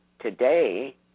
today